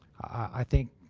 i think,